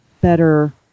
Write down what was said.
better